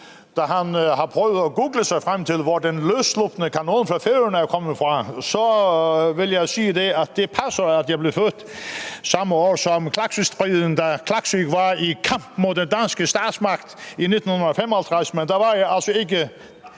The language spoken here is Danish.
da han har prøvet at google sig frem til, hvor den løsslupne kanon på Færøerne er kommet fra, at det passer, at jeg blev født samme år som Klaksvíkstriden, da Klaksvík var i kamp mod den danske statsmagt i 1955. Men da var jeg altså ikke